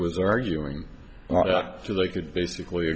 was arguing so they could basically